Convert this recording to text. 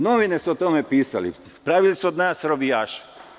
Novine su o tome pisale, pravili su od nas robijaše.